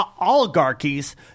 oligarchies